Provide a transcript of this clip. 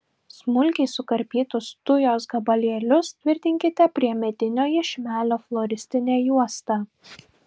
smulkiai sukarpytus tujos gabalėlius tvirtinkite prie medinio iešmelio floristine juosta